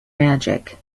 magic